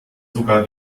sogar